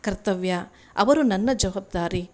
ಕರ್ತವ್ಯ ಅವರು ನನ್ನ ಜವಾಬ್ದಾರಿ